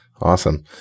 Awesome